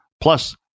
plus